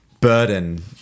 burden